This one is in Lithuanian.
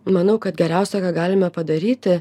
manau kad geriausia ką galime padaryti